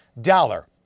dollar